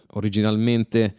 originalmente